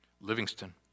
Livingston